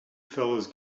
fellows